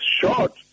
short